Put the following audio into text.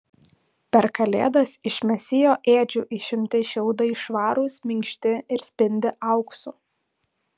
per kalėdas iš mesijo ėdžių išimti šiaudai švarūs minkšti ir spindi auksu